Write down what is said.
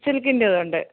സിൽക്കിൻറ്റേതൂണ്ട്